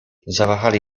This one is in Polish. zawahali